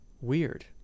weird